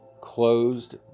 closed